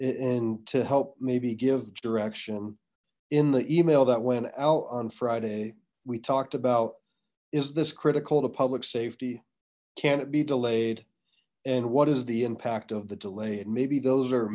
and to help maybe give direction in the email that went out on friday we talked about is this critical to public safety can it be delayed and what is the impact of the delay and maybe those are